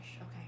okay